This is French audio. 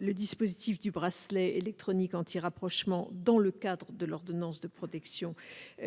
le dispositif du bracelet électronique anti-rapprochement dans le cadre d'une ordonnance de protection